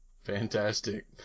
Fantastic